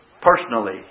personally